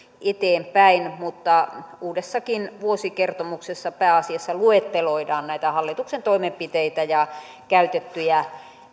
eteenpäin mutta uudessakin vuosikertomuksessa pääasiassa luetteloidaan hallituksen toimenpiteitä ja käytettyjä